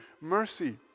mercy